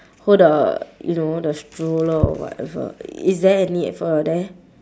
hold the you know the stroller or whatever is there any f~ there